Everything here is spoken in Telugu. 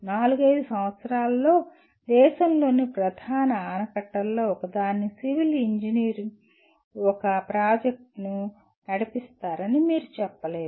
నాలుగైదు సంవత్సరాలలో దేశంలోని ప్రధాన ఆనకట్టలలో ఒకదాన్ని సివిల్ ఇంజనీర్ ఒక ప్రాజెక్ట్ను నడిపిస్తారని మీరు చెప్పలేరు